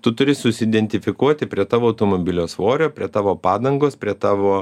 tu turi susiidentifikuoti prie tavo automobilio svorio prie tavo padangos prie tavo